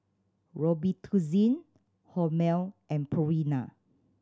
Robitussin Hormel and Purina